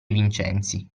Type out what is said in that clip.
vincenzi